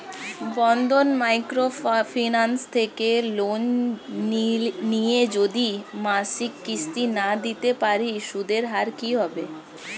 বন্ধন microfinance থেকে loan নিয়ে যদি মাসিক কিস্তি না দিতে পারি সুদের হার কি হবে?